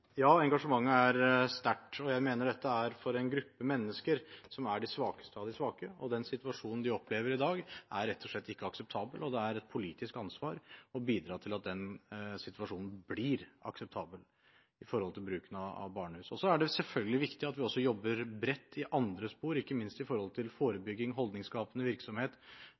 Ja, engasjementet er sterkt, og jeg mener det er for en gruppe mennesker som er de svakeste av de svake. Den situasjonen de opplever i dag, er rett og slett ikke akseptabel. Det er et politisk ansvar å bidra til at den situasjonen blir akseptabel når det gjelder bruken av barnehus. Så er det selvfølgelig viktig at vi også jobber bredt i andre spor, ikke minst med tanke på forebygging og holdningsskapende virksomhet.